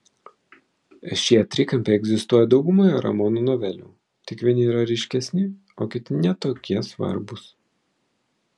šie trikampiai egzistuoja daugumoje ramono novelių tik vieni yra ryškesni o kiti ne tokie svarbūs